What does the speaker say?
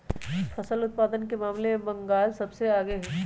फसल उत्पादन के मामले में बंगाल सबसे आगे हई